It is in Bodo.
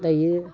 दायो